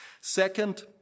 Second